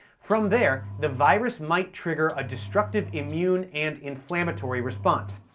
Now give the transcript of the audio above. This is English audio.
from there, the virus might trigger a destructive immune and inflammatory response,